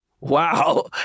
Wow